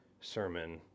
sermon